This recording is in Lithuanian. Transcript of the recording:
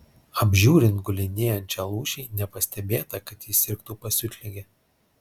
apžiūrint gulinėjančią lūšį nepastebėta kad ji sirgtų pasiutlige